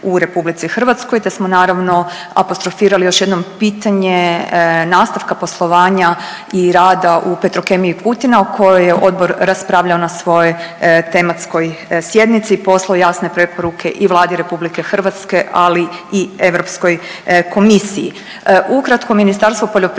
mora biti u RH te smo naravno apostrofirali još jednom pitanje nastavka poslovanja i rada u Petrokemiji Kutina u kojoj je odbor raspravljao na svojoj tematskoj sjednici i poslao jasne preporuke i Vladi RH, ali i Europskoj komisiji. Ukratko, Ministarstvo poljoprivrede